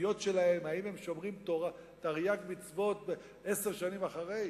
בציציות שלהם אם הם שומרים תרי"ג מצוות עשר שנים אחרי?